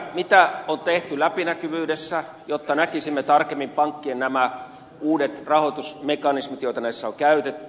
mitä on tehty läpinäkyvyydessä jotta näkisimme tarkemmin pankkien uudet rahoitusmekanismit joita näissä on käytetty